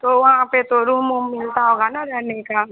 तो वहाँ पर तो रूम उम मिलता होगा न रहने का